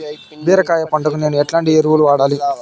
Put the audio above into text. బీరకాయ పంటకు నేను ఎట్లాంటి ఎరువులు వాడాలి?